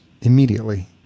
immediately